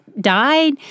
died